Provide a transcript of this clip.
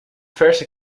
verse